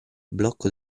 blocco